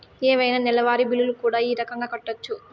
ఏవైనా నెలవారి బిల్లులు కూడా ఈ రకంగా కట్టొచ్చు